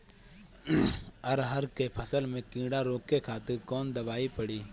अरहर के फसल में कीड़ा के रोके खातिर कौन दवाई पड़ी?